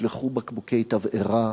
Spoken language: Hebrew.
הושלכו בקבוקי תבערה,